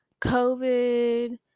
COVID